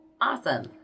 awesome